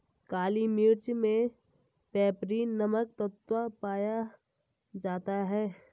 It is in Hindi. काली मिर्च मे पैपरीन नामक तत्व पाया जाता है